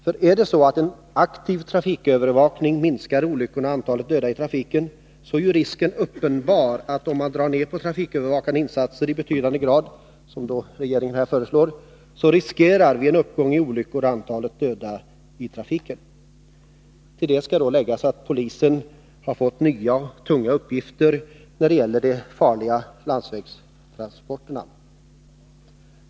Om en aktiv trafikövervakning minskar olyckorna och antalet döda i trafiken, är ju risken uppenbar att vi genom en minskning av trafikövervakande insatser i betydande grad — som regeringen här föreslår — riskerar en ökning av antalet olyckor och antalet döda i trafiken. Till detta skall läggas att polisen fått nya och tunga uppgifter när det gäller de farliga landsvägstransporterna. Fru talman!